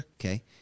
Okay